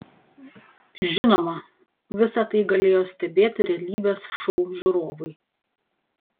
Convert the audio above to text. žinoma visa tai galėjo stebėti realybės šou žiūrovai